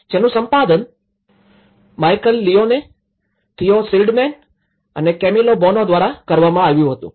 જેનું સંપાદન Michael Leone Theo Schildmann અને કેમિલો બોનો દ્વારા કરવામાં આવ્યું હતું